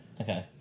Okay